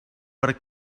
per